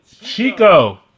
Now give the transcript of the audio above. Chico